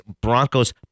broncos